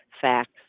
facts